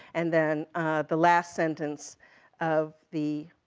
and then the last sentence of the